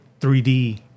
3D